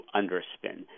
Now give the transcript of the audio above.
underspin